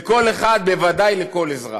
לכל אחד, בוודאי לכל אזרח?